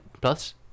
plus